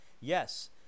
Yes